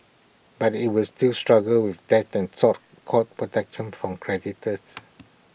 but IT was still struggle with debt and sought court protection from creditors